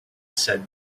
said